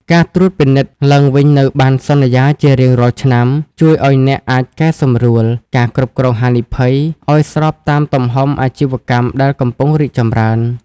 ការត្រួតពិនិត្យឡើងវិញនូវបណ្ណសន្យាជារៀងរាល់ឆ្នាំ ជួយឱ្យអ្នកអាចកែសម្រួល ការគ្រប់គ្រងហានិភ័យ ឱ្យស្របតាមទំហំអាជីវកម្មដែលកំពុងរីកចម្រើន។